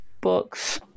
books